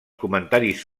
comentaris